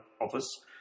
office